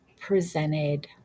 presented